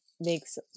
makes